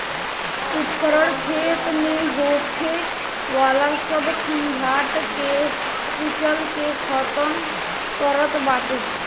उपकरण खेत में होखे वाला सब खंजाट के कुचल के खतम करत बाटे